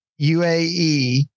UAE